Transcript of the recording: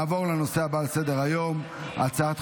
להלן תוצאות ההצבעה: 32 בעד,